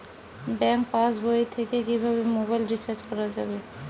Bank পাশবই থেকে কিভাবে মোবাইল রিচার্জ করা যাবে?